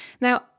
Now